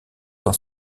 dans